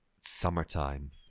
Summertime